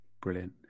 Brilliant